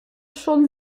schon